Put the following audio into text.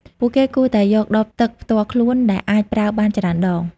ពួកគេគួរតែយកដបទឹកផ្ទាល់ខ្លួនដែលអាចប្រើបានច្រើនដង។